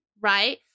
right